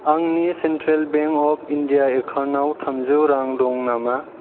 आंनि central bank of India एकाउन्टआव थामजौ रां दं नामा